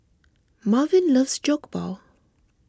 Marvin loves Jokbal